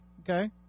okay